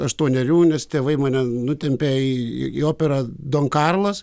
aštuonerių nes tėvai mane nutempė į į operą domkarlas